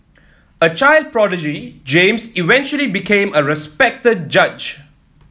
a child prodigy James eventually became a respected judge